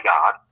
God